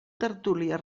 tertúlies